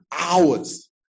hours